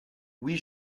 oui